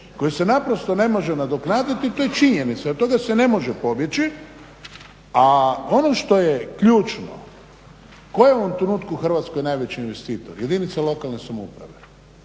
koji se naprosto ne može nadoknaditi i to je činjenica i od toga se ne može pobjeći a ono što je ključno tko je u ovom trenutku najveći investitor? Jedinice lokalne samouprave,